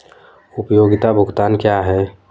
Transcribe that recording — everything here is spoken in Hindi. उपयोगिता भुगतान क्या हैं?